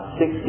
six